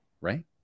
Right